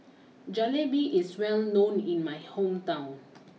Jalebi is well known in my hometown